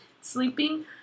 sleeping